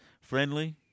Friendly